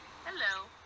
hello